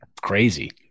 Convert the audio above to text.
Crazy